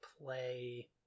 play